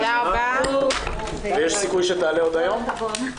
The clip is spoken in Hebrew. תודה לכולם הישיבה נעולה.